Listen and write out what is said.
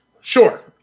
Sure